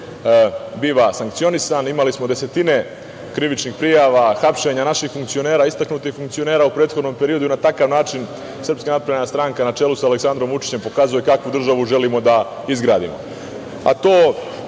biva sankcionisan. Imali smo desetine krivičnih prijava, hapšenja naših funkcionera, istaknutih funkcionera u prethodnom periodu, i na takav način SNS, na čelu sa Aleksandrom Vučićem pokazuje kakvu državu želimo da izgradimo. To,